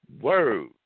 word